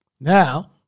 Now